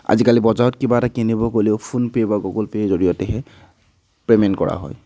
আজিকালি বজাৰত কিবা এটা কিনিব গ'লেও ফোনপে' বা গুগল পে' জৰিয়তেহে পে'মেন্ট কৰা হয়